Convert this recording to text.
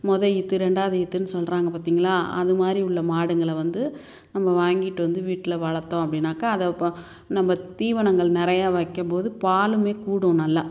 மொதல் ஈத்து ரெண்டாவது ஈத்துன்னு சொல்கிறாங்க பார்த்திங்களா அது மாதிரி உள்ள மாடுங்களை வந்து நம்ம வாங்கிட்டு வந்து வீட்டில் வளர்த்தோம் அப்படின்னாக்கா அதைப் ப நம்ம தீவனங்கள் நிறையா வைக்கும்போது பாலுமே கூடும் நல்லா